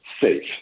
safe